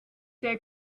der